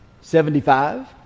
Seventy-five